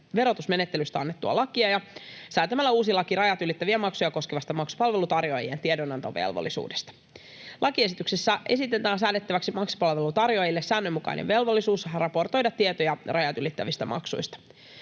verotusmenettelystä annettua lakia ja säätämällä uusi laki rajat ylittäviä maksuja koskevasta maksupalveluntarjoajien tie-donantovelvollisuudesta. Lakiesityksessä esitetään säädettäväksi maksupalveluntarjoajille säännönmukainen velvollisuus raportoida tietoja rajat ylittävistä maksuista.